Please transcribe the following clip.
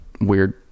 weird